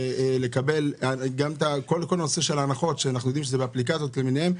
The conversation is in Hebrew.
לקבל את כל נושא ההנחות שנמצא באפליקציות למיניהן.